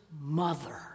mother